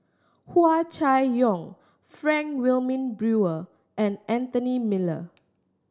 Hua Chai Yong Frank Wilmin Brewer and Anthony Miller